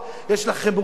יש לכם רוב,